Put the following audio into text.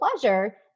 pleasure